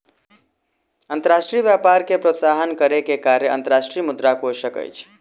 अंतर्राष्ट्रीय व्यापार के प्रोत्साहन करै के कार्य अंतर्राष्ट्रीय मुद्रा कोशक अछि